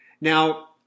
Now